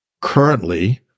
Currently